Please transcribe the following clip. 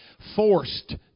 forced